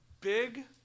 big